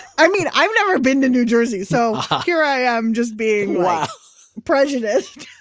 i mean, i've never been to new jersey, so here i am just being prejudiced.